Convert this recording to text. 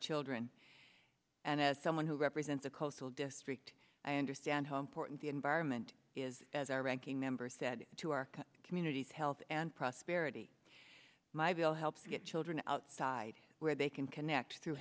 children and as someone who represents a coastal district i understand homeport and the environment is as our ranking member said to our communities health and prosperity my bill helps get children outside where they can connect through